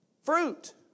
Fruit